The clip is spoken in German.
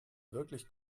wirklich